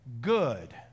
good